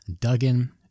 Duggan